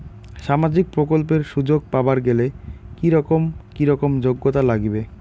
সামাজিক প্রকল্পের সুযোগ পাবার গেলে কি রকম কি রকম যোগ্যতা লাগিবে?